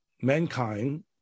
mankind